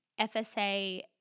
FSA